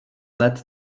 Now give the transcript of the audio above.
let